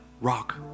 rock